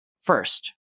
First